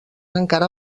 encara